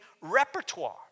repertoire